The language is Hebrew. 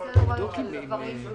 זה יכול להיות תאורה,